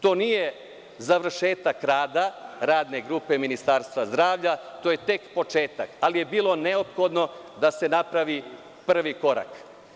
To nije završetak rada radne grupe Ministarstva zdravlja, to je tek početak, ali je bilo neophodno da se napravi prvi korak.